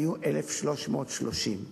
היו 1,330,